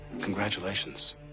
Congratulations